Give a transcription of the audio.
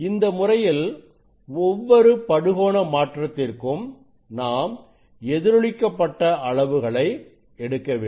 இந்த முறையில் ஒவ்வொரு படுகோண மாற்றத்திற்கும் நாம் எதிரொளிக்கப்பட்ட அளவுகளை எடுக்க வேண்டும்